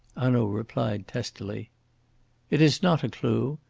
hanaud replied testily it is not a clue.